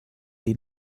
die